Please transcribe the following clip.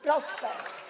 Proste.